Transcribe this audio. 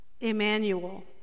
Emmanuel